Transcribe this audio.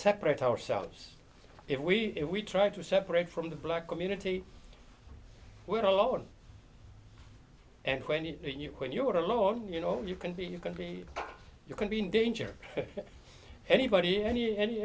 separate ourselves if we if we try to separate from the black community we're alone and when you're when you're alone you know you can be you can be you can be in danger anybody any any